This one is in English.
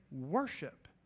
worship